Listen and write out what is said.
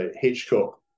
Hitchcock